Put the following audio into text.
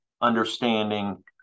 understanding